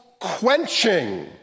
quenching